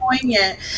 poignant